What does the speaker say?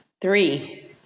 three